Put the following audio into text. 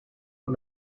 por